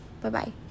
Bye-bye